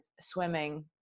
swimming